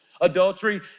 Adultery